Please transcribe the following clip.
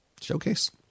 Showcase